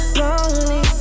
lonely